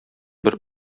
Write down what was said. бер